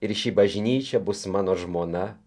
ir ši bažnyčia bus mano žmona